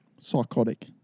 Psychotic